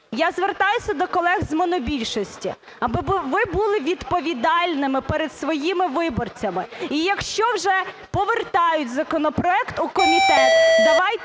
Я звертаюся до колег з монобільшості, аби ви були відповідальними перед своїми виборцями. І якщо вже повертають законопроект у комітет, давайте